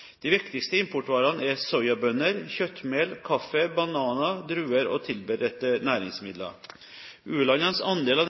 De viktigste importvarene er soyabønner, kjøttmel, kaffe, bananer, druer og tilberedte næringsmidler. U-landenes andel av